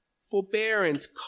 forbearance